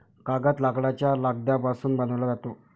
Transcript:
कागद लाकडाच्या लगद्यापासून बनविला जातो